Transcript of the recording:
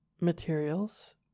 materials